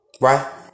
right